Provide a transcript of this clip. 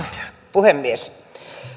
puhemies